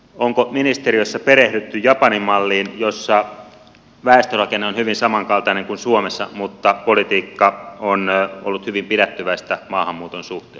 onko ministeriössä perehdytty japanin malliin jossa väestörakenne on hyvin samankaltainen kuin suomessa mutta politiikka on ollut hyvin pidättyväistä maahanmuuton suhteen